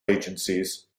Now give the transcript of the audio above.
agencies